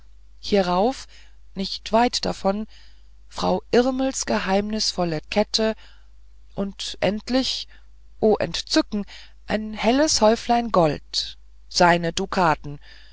hierauf nicht weit davon frau irmels unheilvolle kette und endlich o entzücken ein helles häuflein gold seine dukaten